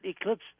eclipse